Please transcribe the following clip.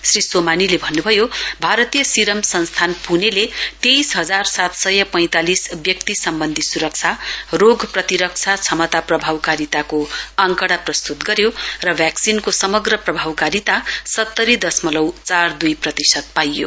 श्री सोमानीले भन्नुभयो भारतीय सीरम संस्थान प्णेले तेइस हजार सात सय पैंतालिस व्यक्ति सम्बन्धी स्रक्षा रोग प्रतिरक्षा क्षमता प्रभावकारिताको आकंडा प्रस्त्त गर्यो र भैक्सिनको समग्र प्रभावकारिता सत्तरी दशमलउ चार दुई प्रतिशत पाइयो